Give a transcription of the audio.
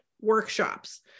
workshops